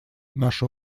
наше